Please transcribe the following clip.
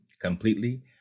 completely